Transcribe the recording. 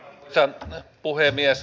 arvoisa puhemies